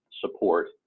support